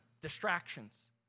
distractions